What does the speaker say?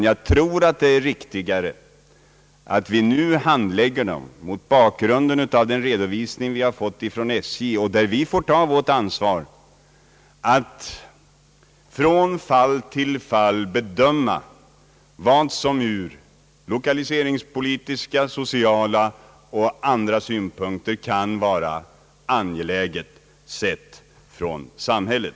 Jag tror att det är riktigare att vi nu handlägger frågorna mot bakgrunden av den redovisning vi har fått från SJ och där vi får ta vårt ansvar att från fall till fall bedöma vad som ur lokaliseringspolitiska, sociala och andra synpunkter kan vara angeläget för samhället.